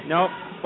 Nope